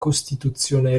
costituzione